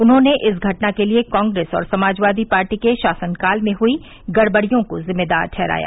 उन्होंने इस घटना के लिए कांग्रेस और समाजवादी पार्टी के शासन काल में हुई गड़बड़ियों को जिम्मेदार ठहराया